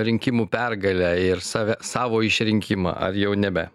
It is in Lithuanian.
rinkimų pergalę ir save savo išrinkimą ar jau nebe